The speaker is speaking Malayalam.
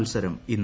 മത്സരം ഇന്ന്